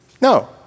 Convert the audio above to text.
No